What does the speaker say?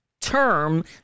term